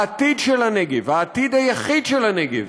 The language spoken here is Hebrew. העתיד של הנגב, העתיד היחיד של הנגב,